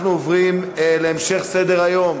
27 בעד, אין מתנגדים, אין נמנעים.